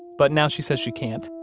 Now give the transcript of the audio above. but now she says she can't.